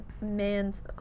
man's